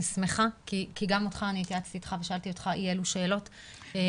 אני שמחה כי גם אותך שאלתי אי אלו שאלות והתייעצתי איתך.